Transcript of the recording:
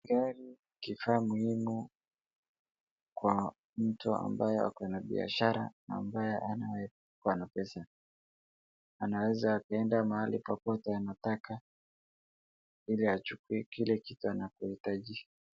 Gari ni kifaa muhimu kwa mtu ambaye ako na biashara, na ambaye anaweza kuwa na pesa. Anaweza akaenda mahali popote anataka, ili achukue kile kitu anachohitaji.